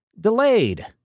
delayed